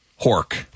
hork